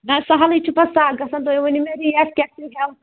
نہ سَہلٕے چھُ پَتہٕ سکھ گژھان تُہۍ ؤنِو مےٚ ریٹ کیٛاہ چھُ